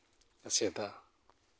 ᱮᱥᱮᱫᱟ